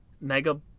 Mega